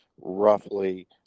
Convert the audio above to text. roughly